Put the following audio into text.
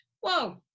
whoa